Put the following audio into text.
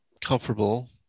comfortable